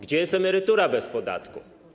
Gdzie jest emerytura bez podatku?